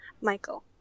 Michael